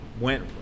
went